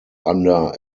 under